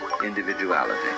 individuality